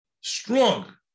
strong